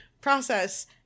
process